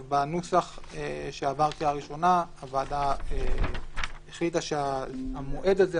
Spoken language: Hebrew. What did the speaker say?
בנוסח שעבר בקריאה הראשונה הוועדה החליטה שהמועד הזה,